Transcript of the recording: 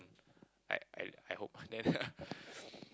I I I hope then